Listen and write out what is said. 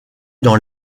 dans